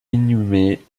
inhumé